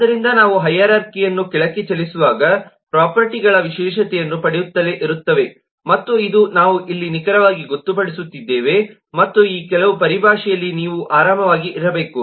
ಆದ್ದರಿಂದ ನಾವು ಹೈರಾರ್ಖಿಅನ್ನು ಕೆಳಕ್ಕೆ ಚಲಿಸುವಾಗ ಪ್ರೊಪರ್ಟಿಗಳ ವಿಶೇಷತೆಯನ್ನು ಪಡೆಯುತ್ತಲೇ ಇರುತ್ತವೆ ಮತ್ತು ಇದು ನಾವು ಇಲ್ಲಿ ನಿಖರವಾಗಿ ಗೊತ್ತುಪಡಿಸುತ್ತಿದ್ದೇವೆ ಮತ್ತು ಈ ಕೆಲವು ಪರಿಭಾಷೆಯಲ್ಲಿ ನೀವು ಆರಾಮವಾಗಿರಬೇಕು